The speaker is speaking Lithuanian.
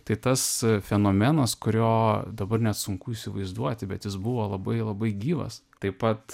tai tas fenomenas kurio dabar net sunku įsivaizduoti bet jis buvo labai labai gyvas taip pat